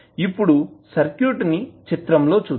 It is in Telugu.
ఇప్పుడు సర్క్యూట్ ని చిత్రం లో చూద్దాం